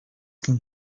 can